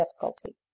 difficulty